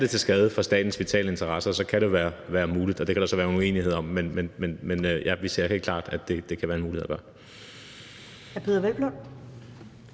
er det til skade for statens vitale interesser, kan det være muligt, og det kan der så være en uenighed om. Men ja, vi ser helt klart, at det kan være en mulighed at gøre.